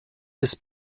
des